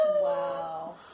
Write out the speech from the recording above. Wow